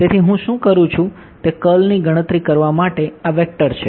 તેથી હું શું કરું છું તે કર્લ છે